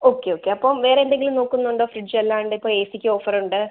okay okay അപ്പം വേറെ എന്തെങ്കിലും നോക്കുന്നുണ്ടോ ഫ്രിഡ്ജ് അല്ലാണ്ട് ഇപ്പം എസിക്ക് ഓഫറുണ്ട്